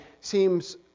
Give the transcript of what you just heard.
seems